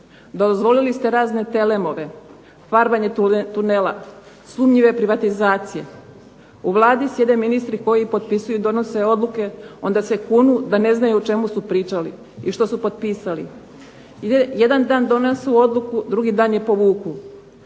dozvolili ste razne TLM-ove, farbanje tunela, sumnjive privatizacije, u Vladi sjede ministri koji potpisuju i donose odluke onda se kunu da ne znaju o čemu su pričali i što su potpisali. Jedan dan donesu odluku, drugi dan je povuku.